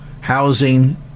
Housing